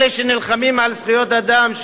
אלה שנלחמים על זכויות אדם,